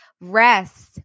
rest